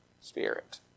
spirit